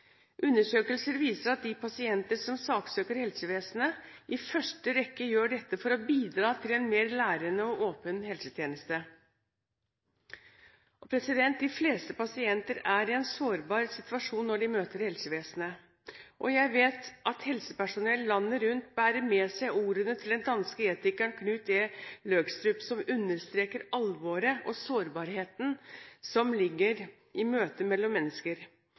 Undersøkelser viser at de pasienter som saksøker helsevesenet, i første rekke gjør dette for å bidra til en mer lærende og åpen helsetjeneste. De fleste pasienter er i en sårbar situasjon når de møter helsevesenet. Jeg vet at helsepersonell landet rundt bærer med seg ordene til den danske etikeren Knud E. Løgstrup, som understreker alvoret og sårbarheten i møtet mellom mennesker.